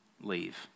leave